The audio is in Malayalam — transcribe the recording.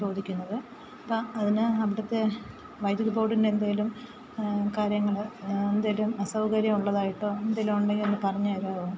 ചോദിക്കുന്നത് അപ്പം അതിനു അവിടുത്തെ വൈദ്യുതി ബോർഡിനെന്തെങ്കിലും കാര്യങ്ങൾ എന്തെങ്കിലും അസൗകര്യം ഉള്ളതായിട്ടോ എന്തെങ്കിലും ഉണ്ടെങ്കിൽ ഒന്ന് പറഞ്ഞു തരാമോ